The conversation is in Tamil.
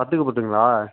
பத்துக்குப் பத்துங்களா